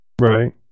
Right